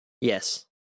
Yes